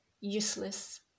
useless